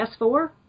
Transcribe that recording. S4